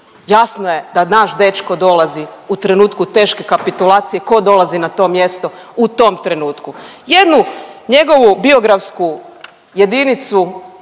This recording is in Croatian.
jasno je da naš dečko dolazi u trenutku teške kapitulacije, ko dolazi na to mjesto u tom trenutku? Jednu njegovu biografsku jedinicu,